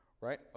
Right